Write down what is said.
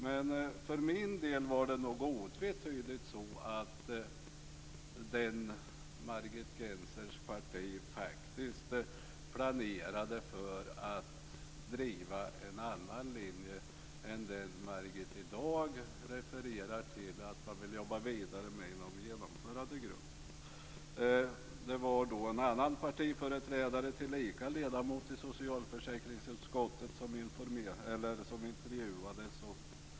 Men för min del var det otvetydigt så att Margit Gennsers parti faktiskt planerade för att driva en annan linje än den Margit Gennser i dag refererar till att man vill jobba vidare med i Genomförandegruppen. Det var en annan partiföreträdare, tillika ledamot i socialförsäkringsutskottet, som intervjuades.